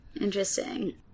Interesting